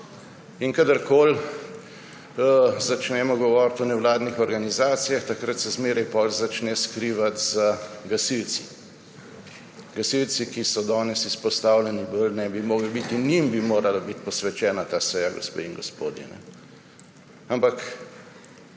+. Kadarkoli začnemo govoriti o nevladnih organizacijah, takrat se zmeraj potem začne skrivati za gasilci. Gasilci, ki so danes izpostavljeni, bolj ne bi mogli biti, in njim bi morala biti posvečena ta seja, gospe in